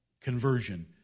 conversion